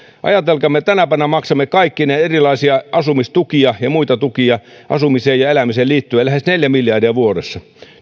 ajatelkaa me tänä päivänä maksamme kaikkineen erilaisia asumistukia ja muita tukia asumiseen ja elämiseen liittyen lähes neljä miljardia vuodessa